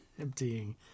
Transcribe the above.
Emptying